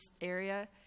area